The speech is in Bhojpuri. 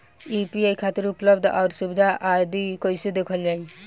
यू.पी.आई खातिर उपलब्ध आउर सुविधा आदि कइसे देखल जाइ?